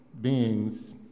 beings